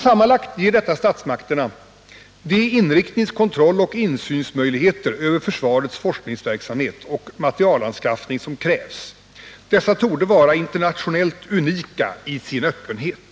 Sammanlagt ger detta statsmakterna de inriktnings-, kontrolloch insynsmöjligheter över försvarets forskningsverksamhet och materielanskaffning som krävs. Dessa torde vara internationellt unika i sin öppenhet.